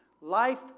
life